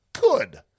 good